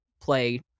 play